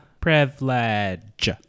privilege